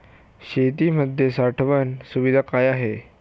शेतीमध्ये साठवण सुविधा काय आहेत?